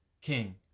king